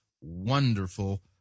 wonderful